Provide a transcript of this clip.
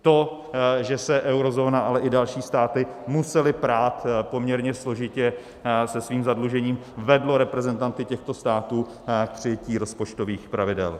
To, že se eurozóna, ale i další státy musely prát poměrně složitě se svým zadlužením, vedlo reprezentanty těchto států k přijetí rozpočtových pravidel.